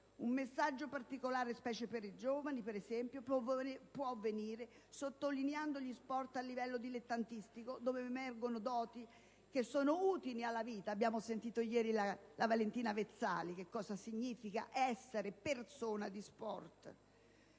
Un messaggio particolare, specie per i giovani, per esempio, può venire sottolineando gli sport a livello dilettantistico, dove emergono doti che sono utili alla vita (abbiamo ascoltato ieri da Valentina Vezzali che cosa significhi essere persona di sport).